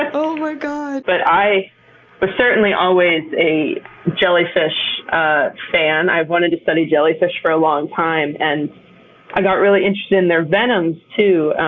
oh my god! but i was certainly always a jellyfish fan. i've wanted to study jellyfish for a long time, and i got really interested in their venoms too,